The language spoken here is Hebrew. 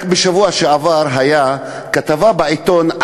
רק בשבוע שעבר הייתה כתבה בעיתון: